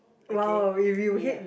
okay ya